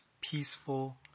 peaceful